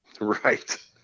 Right